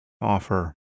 offer